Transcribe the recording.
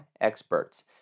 experts